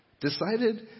decided